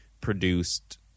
produced